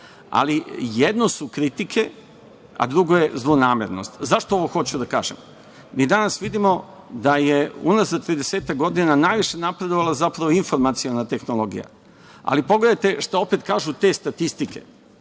ali jedno su kritike, a drugo je zlonamernost.Zašto ovo hoću da kažem? Mi danas vidimo da je unazad tridesetak godina najviše napredovala, zapravo, informaciona tehnologija, ali pogledajte šta opet kažu te statistike